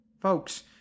Folks